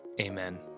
Amen